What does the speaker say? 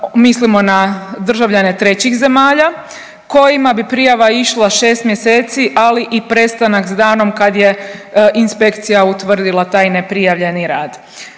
mislimo na državljane trećih zemalja kojima bi prijava išla 6 mjeseci, ali i prestanak s danom kad je inspekcija utvrdila taj neprijavljeni rad.